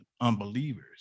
unbelievers